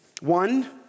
One